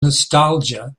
nostalgia